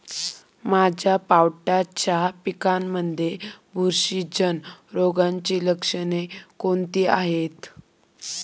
माझ्या पावट्याच्या पिकांमध्ये बुरशीजन्य रोगाची लक्षणे कोणती आहेत?